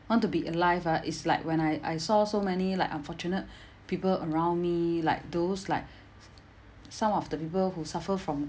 want to be alive ah is like when I I saw so many like unfortunate people around me like those like some of the people who suffer from